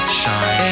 shine